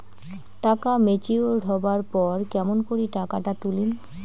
টাকা ম্যাচিওরড হবার পর কেমন করি টাকাটা তুলিম?